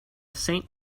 saint